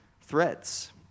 threats